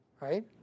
right